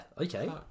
Okay